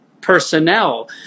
personnel